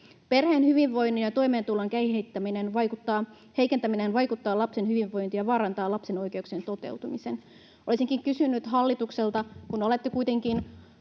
Perheen hyvinvoinnin ja toimeentulon heikentäminen vaikuttaa lapsen hyvinvointiin ja vaarantaa lapsen oikeuksien toteutumisen.” Olisinkin kysynyt hallitukselta, kun olette kuitenkin